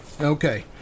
Okay